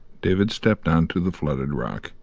david stepped on to the flooded rock,